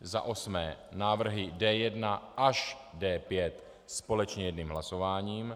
Za osmé návrhy D1 až D5 společně jedním hlasováním.